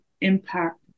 impact